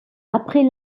après